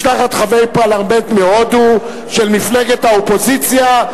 משלחת חברי פרלמנט מהודו של מפלגת האופוזיציה,